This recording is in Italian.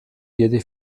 diede